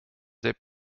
heb